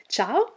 Ciao